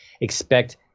expect